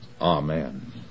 Amen